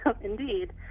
Indeed